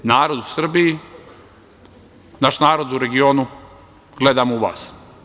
Mi, narod u Srbiji, naš narod u regionu, gledamo u vas.